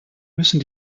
müssen